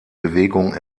bewegung